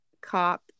cop